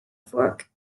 fork